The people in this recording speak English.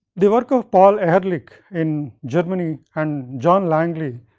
the work of paul ehrlich in germany and john langley,